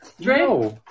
Drake